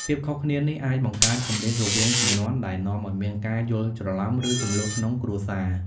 ភាពខុសគ្នានេះអាចបង្កើតគម្លាតរវាងជំនាន់ ដែលនាំឱ្យមានការយល់ច្រឡំ ឬជម្លោះក្នុងគ្រួសារ។